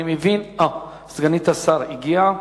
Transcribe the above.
סגנית השר הגיעה.